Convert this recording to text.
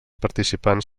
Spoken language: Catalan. participants